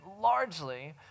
largely